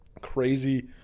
crazy